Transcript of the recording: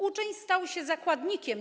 Uczeń stał się zakładnikiem.